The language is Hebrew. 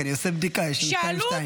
לא, כי אני עושה בדיקה, יש לנו שניים ושניים.